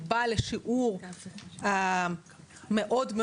הוא בא לשיעור מוכן מאוד,